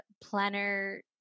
planner